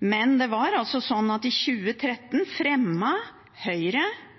Men det var altså sånn at Høyre, Fremskrittspartiet og Kristelig Folkeparti i 2013